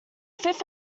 fifth